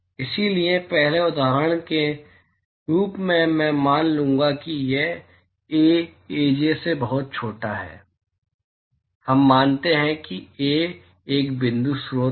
इसलिए पहले उदाहरण के रूप में मैं मान लूंगा कि ऐ अज से बहुत छोटा है हम मानते हैं कि ऐ एक बिंदु स्रोत है